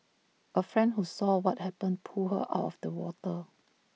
A friend who saw what happened pulled her out of the water